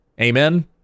Amen